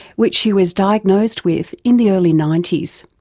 which she was diagnosed with in the early ninety s.